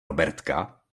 robertka